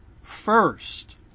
first